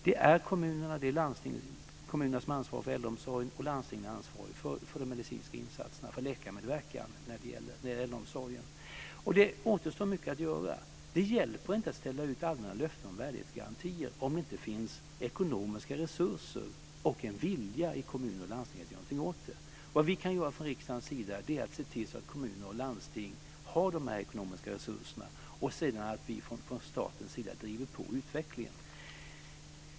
Det är kommunerna som har ansvar för äldreomsorgen och landstingen som har ansvar för de medicinska insatserna, för läkarmedverkan, när det gäller äldreomsorgen. Det återstår mycket att göra. Det hjälper inte att ställa ut allmänna löften om värdighetsgarantier om det inte finns ekonomiska resurser och en vilja i kommuner och landsting att göra någonting åt detta. Vad vi kan göra från riksdagens sida är att se till att kommuner och landsting har de här ekonomiska resurserna. Sedan ska vi från statens sida driva på utvecklingen.